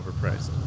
overpriced